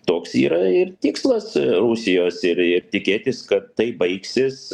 toks yra ir tikslas rusijos ir ir tikėtis kad tai baigsis